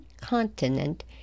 continent